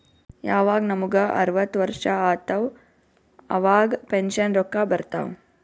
ಯವಾಗ್ ನಮುಗ ಅರ್ವತ್ ವರ್ಷ ಆತ್ತವ್ ಅವಾಗ್ ಪೆನ್ಷನ್ ರೊಕ್ಕಾ ಬರ್ತಾವ್